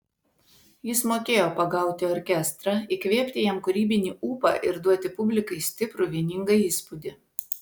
jis mokėjo pagauti orkestrą įkvėpti jam kūrybinį ūpą ir duoti publikai stiprų vieningą įspūdį